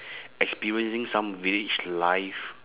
experiencing some village life